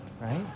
right